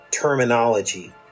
terminology